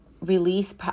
release